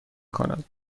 کند